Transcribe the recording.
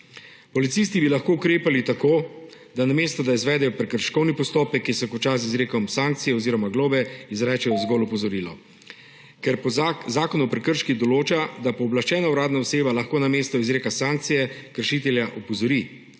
Policisti bi lahko ukrepali tako, da namesto, da izvedejo prekrškovni postopek, ki se konča z izrekom sankcije oziroma globe, izrečejo zgolj opozorilo, ker Zakon o prekrških določa, da pooblaščena uradna oseba lahko namesto izreka sankcije kršitelja opozori,